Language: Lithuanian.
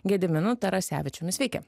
gediminu tarasevičiumi sveiki